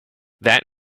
that